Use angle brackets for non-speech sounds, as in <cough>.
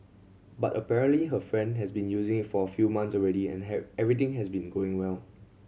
but apparently her friend has been using it for a few months already and <unintelligible> everything has been going well